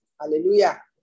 Hallelujah